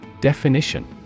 Definition